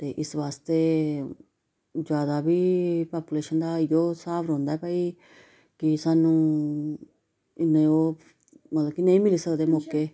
ते इस वास्ते जैदा बी पापुलेशन दा इ'यै स्हाब रौंहदा भाई कि सानूं इन्ने ओह् मतलब कि नेईं मिली सकदे मौके